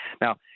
Now